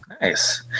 Nice